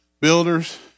builders